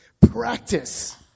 practice